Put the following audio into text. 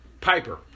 Piper